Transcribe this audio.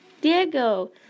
Diego